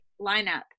lineup